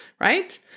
right